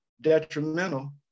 detrimental